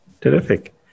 Terrific